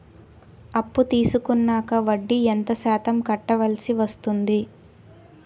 అప్పు తీసుకున్నాక వడ్డీ ఎంత శాతం కట్టవల్సి వస్తుంది?